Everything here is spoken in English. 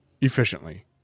efficiently